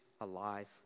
alive